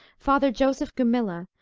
father joseph gumilla,